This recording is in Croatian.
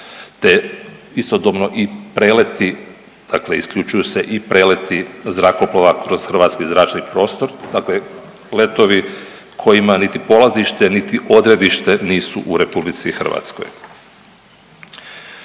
te istodobno i preleti, dakle isključuju se i preleti zrakoplova kroz hrvatski zračni prostor, dakle letovi kojima niti polazište niti odredište nisu u RH.